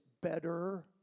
better